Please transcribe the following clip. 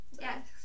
Yes